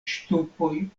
ŝtupoj